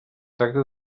tracta